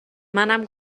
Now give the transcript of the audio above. منم